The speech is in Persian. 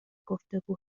گفتگو